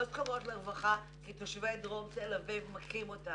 לא זקוקות לרווחה כי תושבי דרום תל אביב מכים אותן.